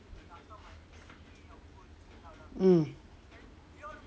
ye